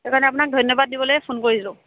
সেইটো কাৰণে আপোনাক ধন্যবাদ দিবলেই ফোন কৰিছিলোঁ